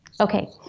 Okay